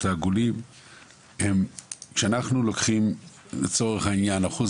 העגולים הן שאלות שאנחנו לוקחים לצורך העניין אחוז